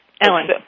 Ellen